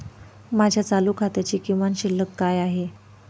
माझ्या चालू खात्याची किमान शिल्लक काय आहे?